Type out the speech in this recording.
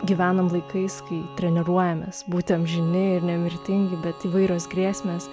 gyvenam laikais kai treniruojamės būti amžini ir nemirtingi bet įvairios grėsmės